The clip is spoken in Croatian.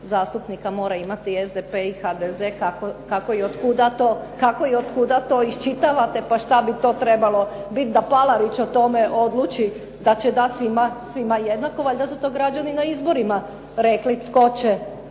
zastupnika mora imati i SDP i HDZ. Kako i od kuda to iščitavate, pa što bi to trebalo bit da Palarić o tome odluči da će dat svima jednako. Valjda su to građani na izborima rekli tko će